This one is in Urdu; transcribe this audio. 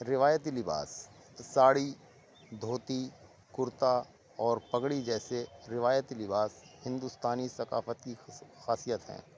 روایتی لباس ساڑی دھوتی کرتا اور پگڑی جیسے روایتی لباس ہندوستانی ثقافتی خاصیت ہیں